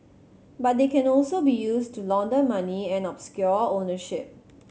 but they can also be used to launder money and obscure ownership